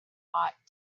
bought